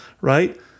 right